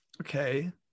okay